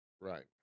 right